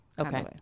Okay